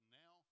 now